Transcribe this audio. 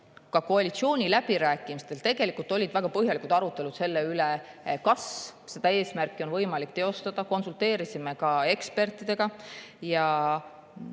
Ka koalitsiooniläbirääkimistel olid väga põhjalikud arutelud selle üle, kas seda eesmärki on võimalik teostada. Konsulteerisime ka ekspertidega.